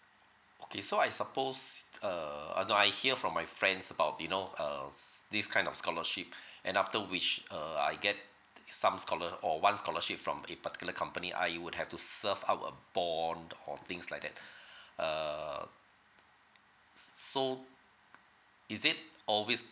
okay so I supposed err ah no I hear from my friends about you know err s~ this kind of scholarship and after which err I get some scholar~ or one scholarship from a particular company I would have to serve out a bond or things like that uh s~ so is it always